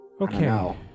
okay